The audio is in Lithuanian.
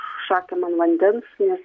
šakėm an vandens nes